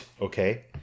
Okay